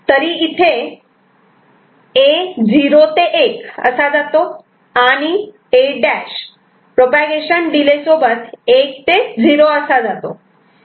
तरी इथे A '0 ते 1' असा जातो आणि A' प्रोपागेशन डिले सोबत '1 ते 0' असा जातो